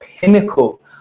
pinnacle